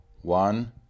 one